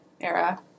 era